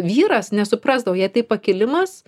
vyras nesuprasdavo jai tai pakilimas